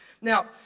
now